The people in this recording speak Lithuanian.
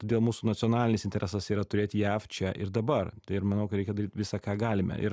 todėl mūsų nacionalinis interesas yra turėti jav čia ir dabar ir manau kad reikia daryt visa ką galime ir